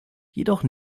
jedoch